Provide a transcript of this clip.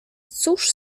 cóż